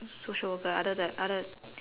social worker other the other